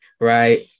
right